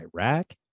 Iraq